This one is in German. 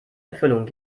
erfüllung